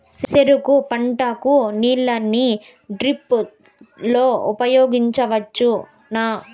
చెరుకు పంట కు నీళ్ళని డ్రిప్ లో ఉపయోగించువచ్చునా?